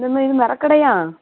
என்னம்மா இது மரக்கடையா